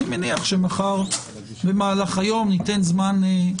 אני מניח שמחר במהלך היום ניתן זמן להגיש הסתייגויות.